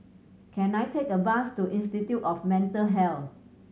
can I take a bus to Institute of Mental Health